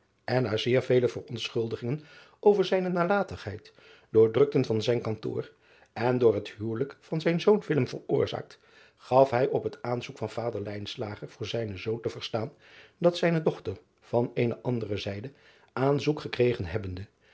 en na zeer vele verontschuldigingen over zijne nalatigheid door drukten van zijn kantoor en door het huwelijk van zijn zoon veroorzaakt gaf hij op het aanzoek van vader voor zijnen zoon te verstaan dat zijne dochter van eene andere zijde aanzoek gekregen hebbende